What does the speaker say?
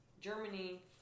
Germany